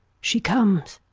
she comes,